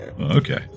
okay